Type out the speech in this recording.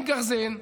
עם גרזן.